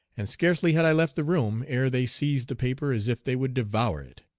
and scarcely had i left the room ere they seized the paper as if they would devour it.